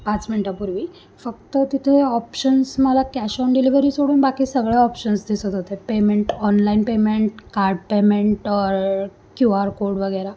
पाच मिनिटापूर्वी फक्त तिथे ऑप्शन्स मला कॅश ऑन डिलिव्हरी सोडून बाकी सगळे ऑप्शन्स दिसत होते payment online payment card payment or Q R code वगैरे